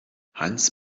hans